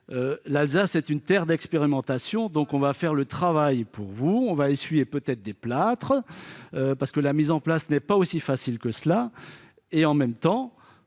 L'Alsace est une terre d'expérimentation. Elle fera donc le travail pour vous, en essuyant peut-être les plâtres, parce que la mise en place n'est pas aussi facile que cela. En même temps-